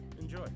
Enjoy